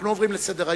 אנחנו עוברים לסדר-היום.